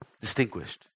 Distinguished